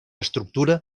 estructura